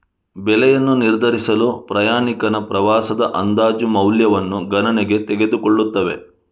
ಬೆಲೆಯನ್ನು ನಿರ್ಧರಿಸಲು ಪ್ರಯಾಣಿಕನ ಪ್ರವಾಸದ ಅಂದಾಜು ಮೌಲ್ಯವನ್ನು ಗಣನೆಗೆ ತೆಗೆದುಕೊಳ್ಳುತ್ತವೆ